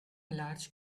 large